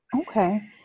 okay